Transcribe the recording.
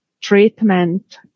treatment